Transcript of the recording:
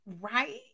right